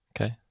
Okay